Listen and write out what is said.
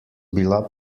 bila